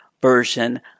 version